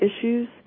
issues